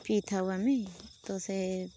ପିଇଥାଉ ଆମେ ତ ସେ